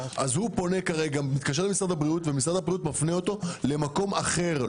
הוא מתקשר למשרד הבריאות ומשרד הבריאות מפנה אותו למקום אחר,